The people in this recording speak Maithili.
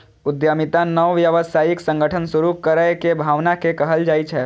उद्यमिता नव व्यावसायिक संगठन शुरू करै के भावना कें कहल जाइ छै